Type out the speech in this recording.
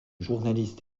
journaliste